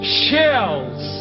shells